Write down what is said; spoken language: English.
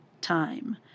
time